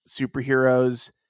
superheroes